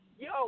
Yo